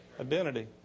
Identity